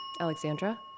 Alexandra